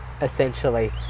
essentially